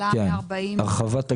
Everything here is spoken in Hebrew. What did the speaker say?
שעלה מ-40 ל-50.